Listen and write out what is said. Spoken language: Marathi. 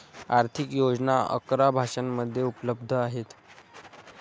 आर्थिक योजना अकरा भाषांमध्ये उपलब्ध आहेत